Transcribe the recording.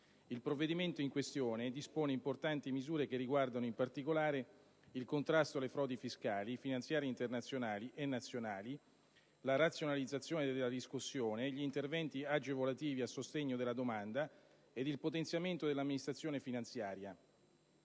il provvedimento in esame dispone importanti misure che riguardano in particolare il contrasto alle frodi fiscali finanziarie internazionali e nazionali, la razionalizzazione della riscossione, interventi agevolativi a sostegno della domanda ed il potenziamento dell'amministrazione finanziaria.